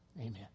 amen